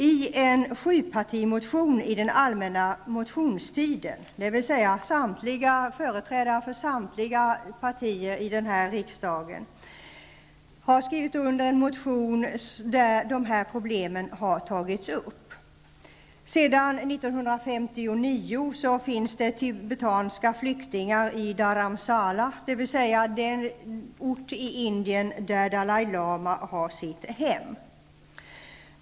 Företrädare för samtliga partier här i riksdagen har skrivit under en sjupartimotion, väckt under den allmänna motionstiden, där de här problemen har tagits upp. Sedan 1959 finns det tibetanska flyktingar i Dharamsala, dvs. den ort i Indien där Dalai Lama har sitt hem.